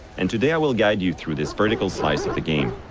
and today i will guide you through this vertical slice of the game.